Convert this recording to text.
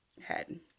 head